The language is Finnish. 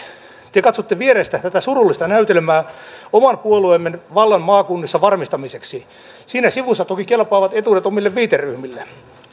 te katsotte vierestä tätä surullista näytelmää oman puolueenne vallan varmistamiseksi maakunnissa siinä sivussa toki kelpaavat etuudet omille viiteryhmille